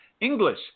English